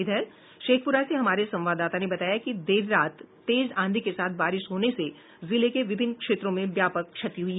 इधर शेखपुरा से हमारे संवाददाता ने बताया है कि देर रात तेज आंधी के साथ बारिश होने से जिले के विभिन्न क्षेत्रों में व्यापक क्षति हुई